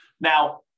Now